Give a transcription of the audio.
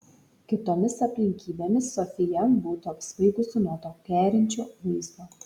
kitomis aplinkybėmis sofija būtų apsvaigusi nuo to kerinčio vaizdo